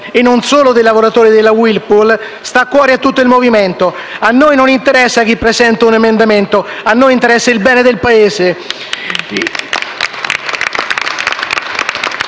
e non solo dei lavoratori della Whirlpool sta a cuore a tutto il Movimento: a noi non interessa chi presenta un emendamento, a noi interessa il bene del Paese!